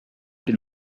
been